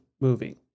movie